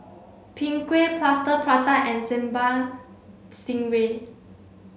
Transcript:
Png Kueh Plaster Prata and Sambal Stingray